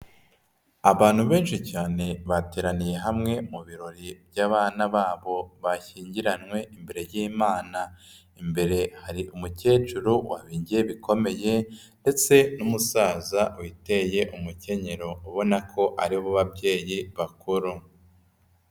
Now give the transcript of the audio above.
Abantu benshi cyane bateraniye hamwe mu birori by'abana babo bashyingiranywe imbere y'Imana. Imbere hari umukecuru warimbye bikomeye ndetse n'umusaza witeye umukenyero ubona ko aribo babyeyi bakuru.